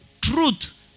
truth